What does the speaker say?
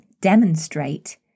demonstrate